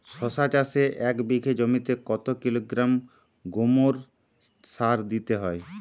শশা চাষে এক বিঘে জমিতে কত কিলোগ্রাম গোমোর সার দিতে হয়?